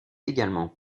également